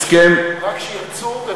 הסכם, רק שירצו.